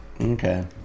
Okay